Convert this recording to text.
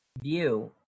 view